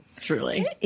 Truly